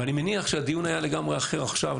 ואני מניח שהדיון היה לגמרי אחר עכשיו,